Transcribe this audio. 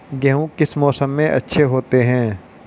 गेहूँ किस मौसम में अच्छे होते हैं?